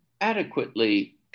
adequately